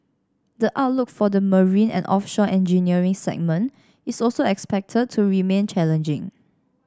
the outlook for the marine and offshore engineering segment is also expected to remain challenging